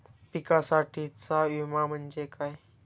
पिकांसाठीचा विमा म्हणजे काय?